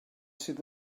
sydd